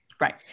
Right